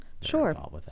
Sure